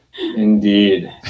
indeed